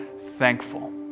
thankful